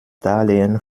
darlehen